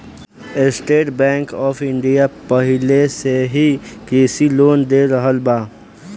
estate Bank of India पाहिले से ही कृषि लोन दे रहल बा